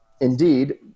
indeed